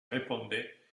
répondait